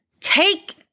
Take